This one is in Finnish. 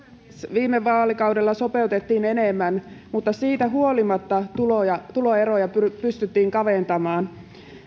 viime vaalikaudella sopeutettiin enemmän mutta siitä huolimatta tuloeroja pystyttiin kaventamaan